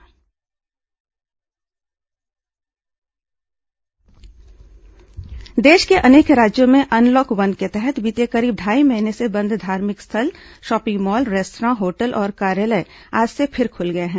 धार्मिक स्थल shopping mall देश के अनेक राज्यों में अनलॉक वन के तहत बीते करीब ढ़ाई महीने से बदं धार्मिक स्थल शॉपिंग मॉल रेस्तरां होटल और कार्यालय आज से फिर खुल गए हैं